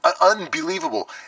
unbelievable